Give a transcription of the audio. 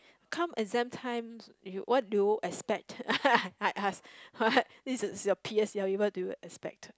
come exam times you what do you all expect I I I ask what this is your P_S_L_E what do you expect